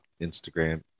Instagram